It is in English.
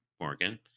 Morgan